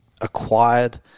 acquired